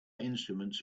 instruments